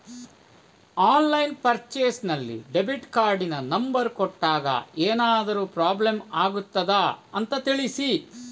Online purchase ನಲ್ಲಿ debit ಕಾರ್ಡಿನ number ಕೊಟ್ಟಾಗ ಏನಾದರೂ ಪ್ರಾಬ್ಲಮ್ ಆಗುತ್ತದ ಅಂತ ತಿಳಿಸಿ?